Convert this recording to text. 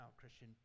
Christian